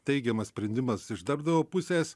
teigiamas sprendimas iš darbdavio pusės